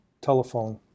Telephone